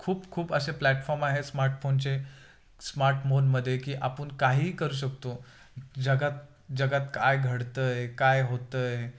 खूप खूप असे प्लॅटफॉर्म आहे स्मार्टफोनचे स्मार्टमोनमध्ये की आपण काहीही करू शकतो जगात जगात काय घडतंय काय होतंय